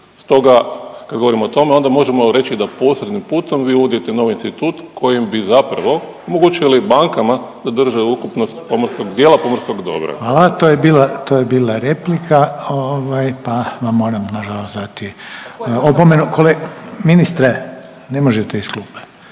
Stoga kad govorimo o tome onda možemo reći da posrednim putom vi uđete u novi institut kojim bi zapravo omogućili bankama da drže ukupnost pomorskog, dijela pomorskog dobra. **Reiner, Željko (HDZ)** Hvala, to je bila replika ovaj pa vam moram nažalost dati opomenu. Kolega, ministre ne možete iz klupe.